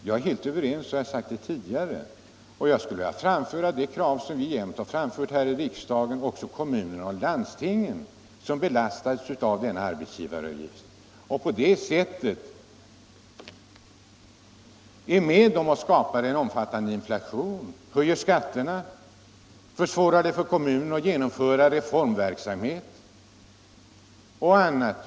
Jag är helt överens med honom om det, det har jag sagt tidigare, och vi har också tidigare här i riksdagen krävt lättnader i detta avseende även för kommuner och landsting som belastas av denna avgift vilken bidrar till att skapa en omfattande inflation och höja skatterna varigenom det också blir svårare för kommunerna att genomföra reformer och annat.